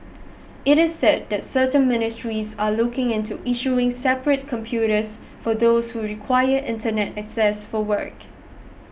it is said that certain ministries are looking into issuing separate computers for those who require Internet access for work